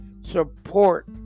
support